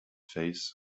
face